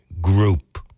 group